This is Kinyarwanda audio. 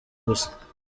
gusa